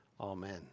Amen